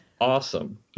awesome